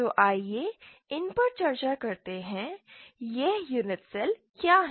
तो आइए इन पर चर्चा करते हैं ये यूनेट सेल क्या हैं